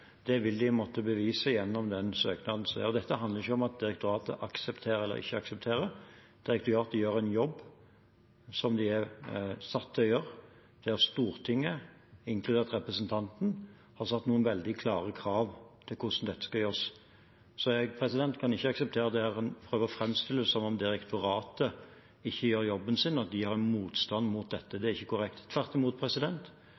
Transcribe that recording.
måtte bevise gjennom søknaden. Dette handler ikke om at direktoratet aksepterer eller ikke aksepterer. Direktoratet gjør en jobb som de er satt til å gjøre, der Stortinget, inkludert representanten, har satt noen veldig klare krav til hvordan dette skal gjøres. Jeg kan ikke akseptere at en prøver å framstille det som om direktoratet ikke gjør jobben sin, og at de har en motstand mot dette.